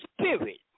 spirit